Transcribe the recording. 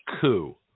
coup